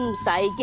um sai. yeah